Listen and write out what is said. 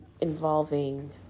involving